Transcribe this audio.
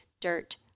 Dirt